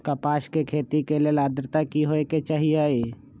कपास के खेती के लेल अद्रता की होए के चहिऐई?